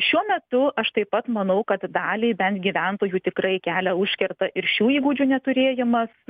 šiuo metu aš taip pat manau kad daliai bent gyventojų tikrai kelią užkerta ir šių įgūdžių neturėjimas